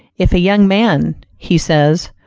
if a young man, he says,